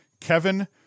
Kevin